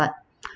but